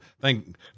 thank